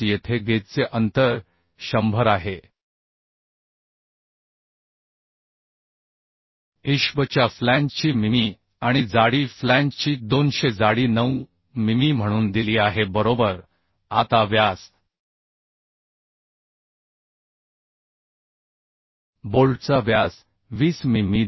25 येथे गेजचे अंतर 100 आहे ISHB च्या फ्लॅंजची मिमी आणि जाडी फ्लॅंजची 200 जाडी 9 मिमी म्हणून दिली आहे बरोबर आता व्यास बोल्टचा व्यास 20 मि